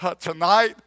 Tonight